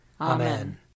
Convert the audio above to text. Amen